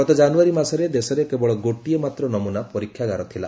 ଗତ ଜାନୁଆରୀ ମାସରେ ଦେଶରେ କେବଳ ଗୋଟିଏ ମାତ୍ର ନମୁନା ପରୀକ୍ଷାଗାର ଥିଲା